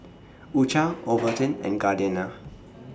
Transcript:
U Cha Ovaltine and Gardenia